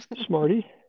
smarty